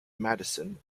madison